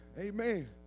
Amen